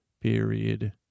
period